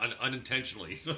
unintentionally